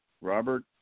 Robert